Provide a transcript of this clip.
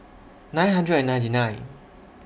nine hundred and ninety nine